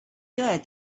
good